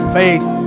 faith